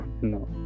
no